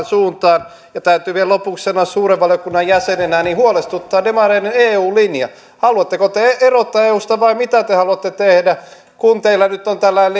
suuntaan täytyy vielä lopuksi sanoa suuren valiokunnan jäsenenä että huolestuttaa demareiden eu linja haluatteko te erota eusta vai mitä te haluatte tehdä kun teillä nyt on tällainen